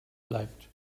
bleibt